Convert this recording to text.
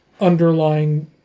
underlying